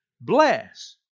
bless